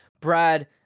Brad